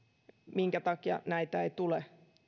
minkä takia näitä ei tule